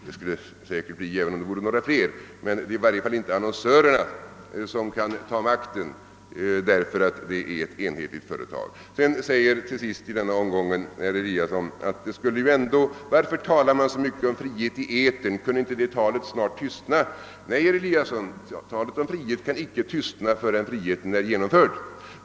Det skulle det säkert också bli, om det fanns några fler, men det är i varje fall inte annonsörerna som kan ta makten därför att det är ett enhetligt företag. Vidare frågar herr Eliasson: Varför talar man så mycket om frihet i etern, kunde inte det talet snart tystna? Nej, herr Eliasson, talet om frihet kan icke tystna, förrän friheten är vunnen.